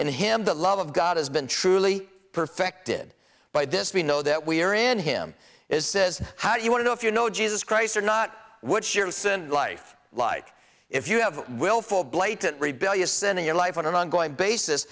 in him the love of god has been truly perfected by this we know that we are in him is says how do you want to know if you know jesus christ or not which sure isn't life like if you have willful blatant rebellious sin in your life on an ongoing basis